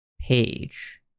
page